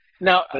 now